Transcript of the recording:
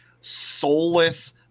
soulless